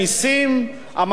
מעמד הביניים,